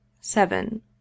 Seven